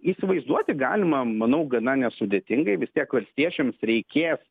įsivaizduoti galima manau gana nesudėtingai vis tiek valstiečiams reikės